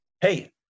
Hey